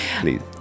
please